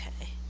okay